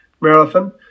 marathon